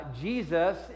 Jesus